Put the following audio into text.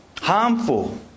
harmful